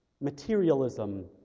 Materialism